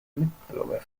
mitbürger